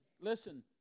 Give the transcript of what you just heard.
listen